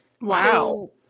wow